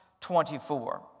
24